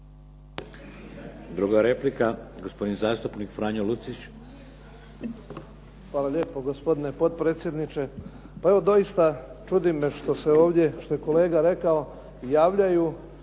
Druga replika, gospodin zastupnik Franjo Lucić. **Lucić, Franjo (HDZ)** Hvala lijepo gospodine potpredsjedniče. Pa evo, doista čudi me što se ovdje, što je kolega rekao, javljaju